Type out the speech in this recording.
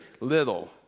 little